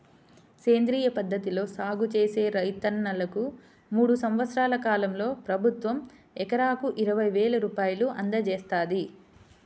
సేంద్రియ పద్ధతిలో సాగు చేసే రైతన్నలకు మూడు సంవత్సరాల కాలంలో ప్రభుత్వం ఎకరాకు ఇరవై వేల రూపాయలు అందజేత్తంది